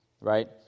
Right